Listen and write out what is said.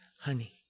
Honey